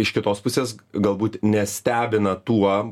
iš kitos pusės galbūt nestebina tuo